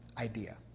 idea